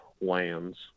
lands